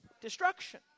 destruction